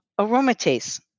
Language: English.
aromatase